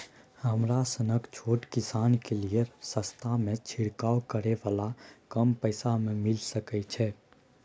हमरा सनक छोट किसान के लिए सस्ता में छिरकाव करै वाला कम पैसा में मिल सकै छै?